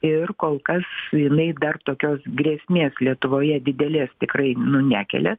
ir kol kas jinai dar tokios grėsmės lietuvoje didelės tikrai nu nekelia